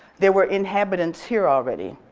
there were inhabitants here already.